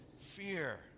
fear